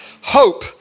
hope